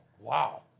Wow